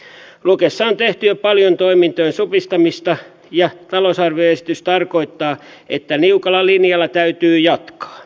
lukessa on tehty jo paljon toimintojen supistamista ja talousarvioesitys tarkoittaa että niukalla linjalla täytyy jatkaa